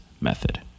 method